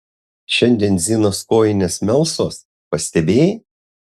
šiandien zinos kojinės melsvos pastebėjai